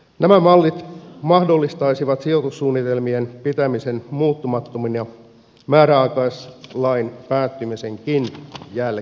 nämä mallit mahdollistaisivat sijoitussuunnitelmien pitämisen muuttumattomina määräaikaislain päättymisenkin jälkeen